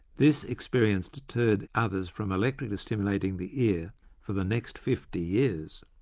this experience deterred others from electrically stimulating the ear for the next fifty years.